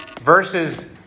versus